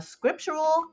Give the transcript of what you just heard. Scriptural